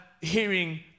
hearing